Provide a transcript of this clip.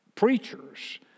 Preachers